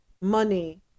money